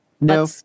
No